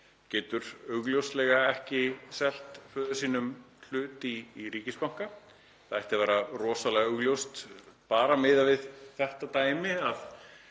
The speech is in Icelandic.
getur augljóslega ekki selt föður sínum hlut í ríkisbanka. Það ætti að vera rosalega augljóst bara miðað við þetta dæmi að